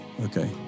Okay